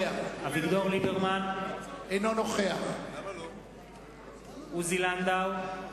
אביגדור ליברמן, אינו נוכח עוזי לנדאו,